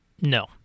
No